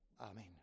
Amen